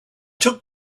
took